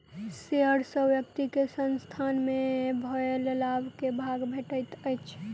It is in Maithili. शेयर सॅ व्यक्ति के संसथान मे भेल लाभ के भाग भेटैत अछि